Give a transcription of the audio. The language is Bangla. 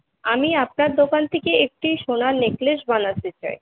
আমি আপনার দোকান থেকে একটি সোনার নেকলেস বানাতে চাই